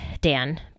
Dan